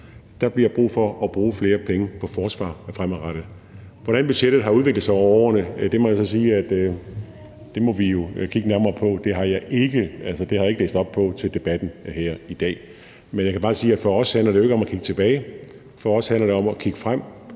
Der bliver brug for at bruge flere penge på forsvaret fremadrettet. Hvordan budgettet har udviklet sig over årene må jeg så sige at vi må kigge nærmere på. Det har jeg ikke læst op på til debatten her i dag. Jeg kan bare sige, at for os handler det ikke om at kigge tilbage. For os handler det om at kigge fremad,